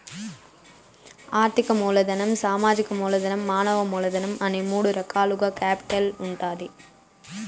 ఆర్థిక మూలధనం, సామాజిక మూలధనం, మానవ మూలధనం అనే మూడు రకాలుగా కేపిటల్ ఉంటాది